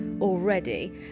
already